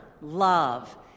love